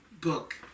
book